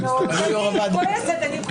כשאני כועסת אני כועסת.